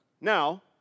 Now